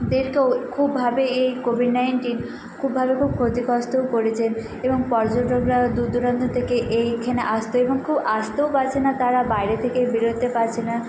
দেরকেও খুব ভাবে এই কোভিড নাইনটিন খুব ভাবে খুব ক্ষতিগ্রস্থও করেছে এবং পর্যটকরা দূর দূরান্ত থেকে এইখানে আসতে এবং খুব আসতেও পারছে না তারা বাইরে থেকে বেরোতে পারছে না